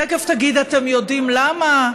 תכף תגיד: אתם יודעים למה.